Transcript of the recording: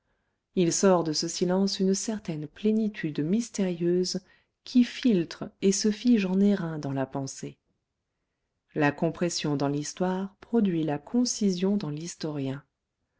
il sort de ce silence une certaine plénitude mystérieuse qui filtre et se fige en airain dans la pensée la compression dans l'histoire produit la concision dans l'historien